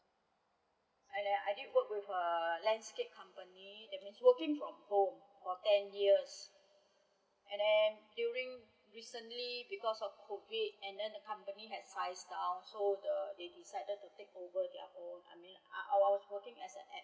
and then I did work with a landscape company that means working from home for ten years and durng recently because of COVID and then the company had size down so the they decided to take over their whole I mean I I was working as the